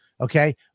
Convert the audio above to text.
okay